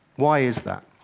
why is that?